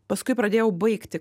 paskui pradėjau baigti